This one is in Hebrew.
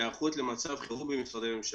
היערכות למצב חירום במשרדי ממשלה.